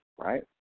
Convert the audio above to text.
right